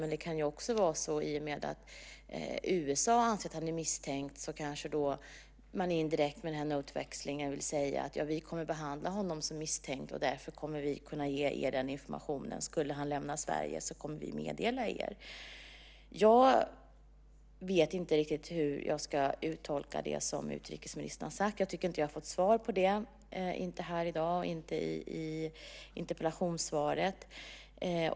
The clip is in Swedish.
Men i och med att USA anser att han är misstänkt kan det ju också vara så att man, indirekt med den här notväxlingen, vill säga att man kommer att behandla honom som misstänkt och därför kommer att meddela USA om han skulle lämna Sverige. Jag vet inte riktigt hur jag ska tolka det som utrikesministern har sagt. Jag tycker inte att jag har fått svar på det, inte här i dag och inte i interpellationssvaret.